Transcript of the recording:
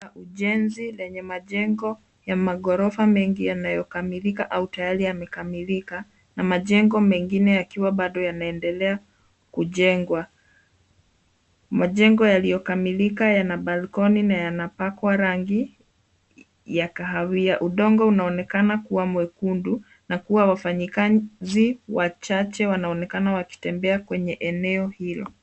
Ujenzi lenye majengo ya magorofa mengi yanayokamilika au tayari yamekamilika na majengo mengine yakiwa bado yanaendelea kujengwa. Majengo yaliyokamilika yana balkoni na yanapakwa rangi ya kahawia. Udongo unaonekana kuwa mwekundu na kuwa wafanyikazi wachache wanaonekana wakitembea kwenye eneo hilo.